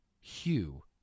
hue